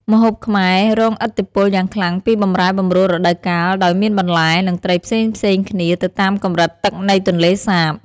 ម្ហូបខ្មែររងឥទ្ធិពលយ៉ាងខ្លាំងពីបម្រែបម្រួលរដូវកាល ដោយមានបន្លែ និងត្រីផ្សេងៗគ្នាទៅតាមកម្រិតទឹកនៃទន្លេសាប។